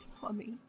Tommy